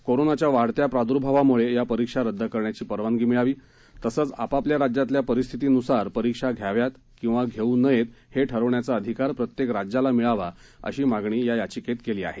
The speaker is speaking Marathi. कोरोनाच्या वाढत्या प्राद्र्भावामुळे या परीक्षा रदद करण्याची परवानगी मिळावी तसंच आपापल्या राज्यातल्या परिस्थितीनुसार परीक्षा घ्याव्यात किंवा घेऊ नयेत हे ठरवण्याचा अधिकार प्रत्येक राज्याला मिळावा अशी मागणी या याचिकेत केली आहे